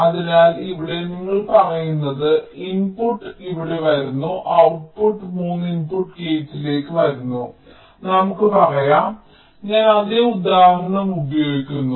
അതിനാൽ ഇവിടെ നിങ്ങൾ പറയുന്നത് ഇൻപുട്ട് ഇവിടെ വരുന്നു ഔട്ട്പുട്ട് 3 ഇൻപുട്ട് ഗേറ്റിലേക്ക് വരുന്നു നമുക്ക് പറയാം ഞാൻ അതേ ഉദാഹരണം ഉപയോഗിക്കുന്നു